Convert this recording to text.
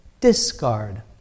discard